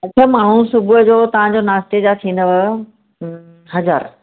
अच्छा मां हू सुबुह जो तव्हां जो नास्ते जा थींदव हज़ारु